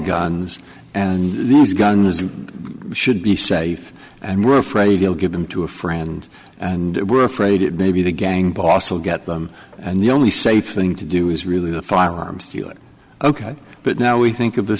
guns and these guns should be safe and we're afraid he'll give them to a friend and we're afraid it may be the gang boss will get them and the only safe thing to do is really the firearms do it ok but now we think of the